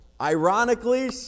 ironically